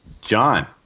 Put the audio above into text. John